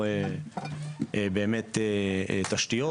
או באמת תשתיות,